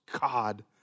God